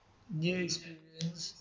new experience